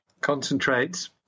concentrates